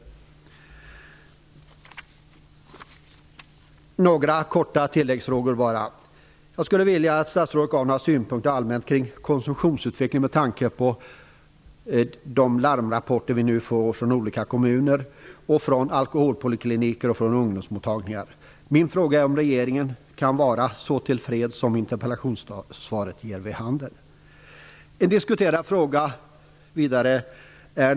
Jag vill bara ställa några korta tilläggsfrågor. Jag skulle vilja att statsrådet gav några allmänna synpunkter på konsumtionsutvecklingen med tanke på de larmrapporter som nu kommer från olika kommuner, alkoholpolikliniker och ungdomsmottagningar. Min fråga är: Kan regeringen vara så tillfreds som interpellationssvaret ger vid handen?